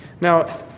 Now